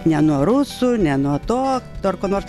ne nuo rusų ne nuo to dar ko nor